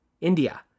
India